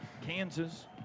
kansas